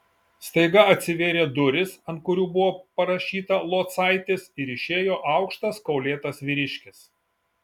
staiga atsivėrė durys ant kurių buvo parašyta locaitis ir išėjo aukštas kaulėtas vyriškis